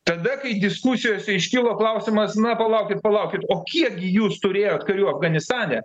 tada kai diskusijose iškilo klausimas na palaukit palaukit o kiek gi jūs turėjot karių afganistane